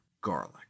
garlic